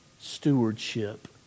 stewardship